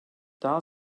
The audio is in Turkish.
daha